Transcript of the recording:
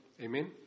Amen